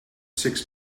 six